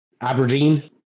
Aberdeen